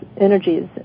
energies